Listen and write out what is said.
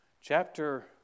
Chapter